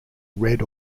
red